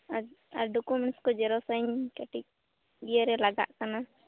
ᱟᱨ ᱟᱨ ᱰᱚᱠᱩᱢᱮᱱᱥ ᱠᱚ ᱡᱮᱨᱚᱠᱥ ᱟᱹᱧ ᱠᱟᱹᱴᱤᱡ ᱤᱭᱟᱹᱨᱮ ᱞᱟᱜᱟᱜ ᱠᱟᱱᱟ